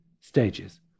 stages